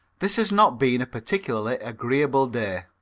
this has not been a particularly agreeable day,